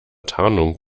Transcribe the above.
tarnung